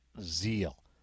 zeal